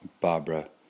Barbara